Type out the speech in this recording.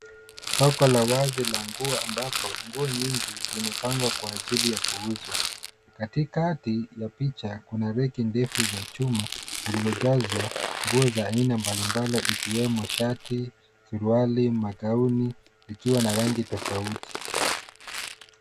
Soko la wazi la nguo ambapo nguo nyingi zimepangwa kwa ajili ya kuuzwa, katikati ya picha kuna reki ndefu za chuma zilizojazwa nguvu za aina mbalimbali ikiwemo sharti ,suruali ,magauni ikiwa na rangi tofauti.